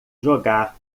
jogar